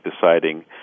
deciding